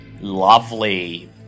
Lovely